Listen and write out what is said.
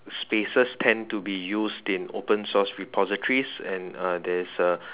spaces tend to be used in open source repositories and uh there is a